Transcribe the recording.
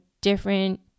different